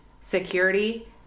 security